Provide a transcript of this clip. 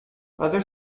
other